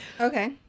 Okay